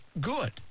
good